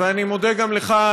ואני מודה גם לך,